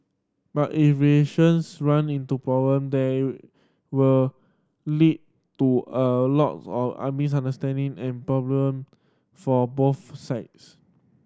but if relations run into problem they will lead to a lots of misunderstanding and problem for both sides